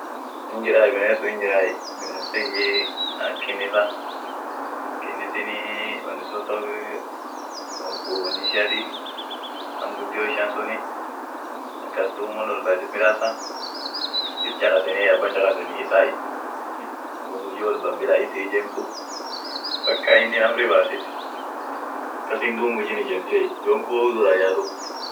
hinjiray biness sun hinjiray binessii ak kinnisa, kinisii wonni suuntumii wonni ishia nam gudio ishian suni akas duum won wolba midasa is chakaseniey abban chakasen issay duum hujji wolba bila is hi ijemtu pakka innin amri basit akasin duum hujjin ijemtiey yonkun woyu durra hin' yaatu.